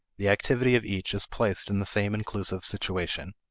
the activity of each is placed in the same inclusive situation.